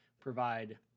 provide